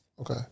Okay